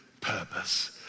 purpose